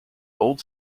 old